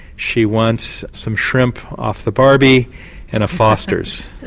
she wants some shrimp off the barbie and a fosters.